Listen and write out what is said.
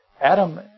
Adam